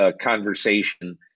conversation